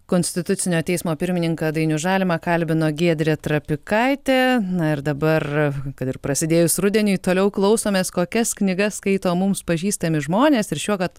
konstitucinio teismo pirmininką dainių žalimą kalbina giedrė trapikaitė na ir dabar kad ir prasidėjus rudeniui toliau klausomės kokias knygas skaito mums pažįstami žmonės ir šiuokart